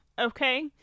Okay